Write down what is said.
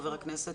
חבר הכנסת.